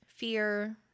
fear